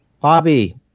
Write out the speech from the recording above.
bobby